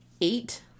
eight